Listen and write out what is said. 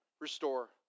Restore